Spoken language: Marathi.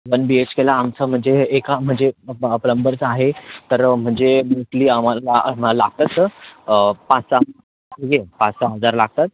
वन बी एच केला आमचा म्हणजे एका म्हणजे प्लंबरचं आहे तर म्हणजे विकली आम्हाला मग लागतात पाच सहा म्हणजे पाचसहा हजार लागतात